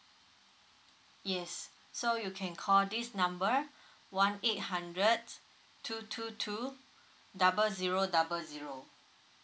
yes so you can call this number one eight hundred two two two double zero double zero